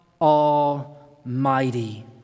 Almighty